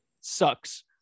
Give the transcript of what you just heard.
sucks